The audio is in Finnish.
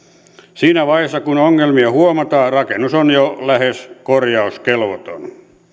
siinä vaiheessa kun ongelmia huomataan rakennus on jo lähes korjauskelvoton